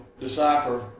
decipher